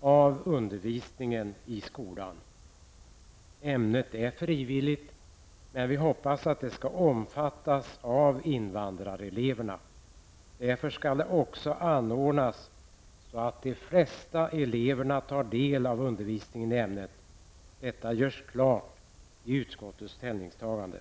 av undervisningen i skolan. Ämnet är frivilligt, men vi hoppas att det skall omfattas av invandrareleverna. Därför skall det också anordnas så att de flesta eleverna tar del av undervisningen i ämnet. Detta görs klart i utskottets ställningstagande.